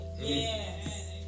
Yes